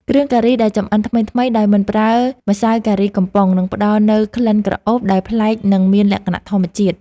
គ្រឿងការីដែលចម្អិនថ្មីៗដោយមិនប្រើម្សៅការីកំប៉ុងនឹងផ្តល់នូវក្លិនក្រអូបដែលប្លែកនិងមានលក្ខណៈធម្មជាតិ។